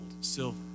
silver